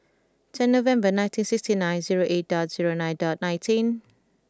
ten November nineteen sixty nine zero eight dot zero nine dot nineteen